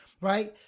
right